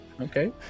Okay